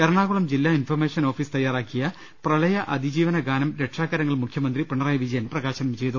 എറണാകുളം ജില്ല information office തയ്യാറാ ക്കിയ പ്രളയ അതിജീവനഗാനം രക്ഷാകരങ്ങൾ മുഖ്യമന്ത്രി പിണറായി വിജയൻ പ്രകാശനം ചെയ്തു